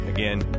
Again